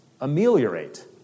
ameliorate